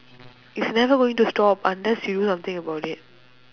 it's never going to stop unless you do something about it